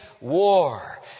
war